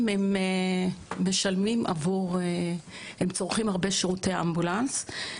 הם משלמים עבור צריכת שירותי אמבולנס.